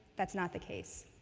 that's not the case.